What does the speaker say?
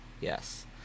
Yes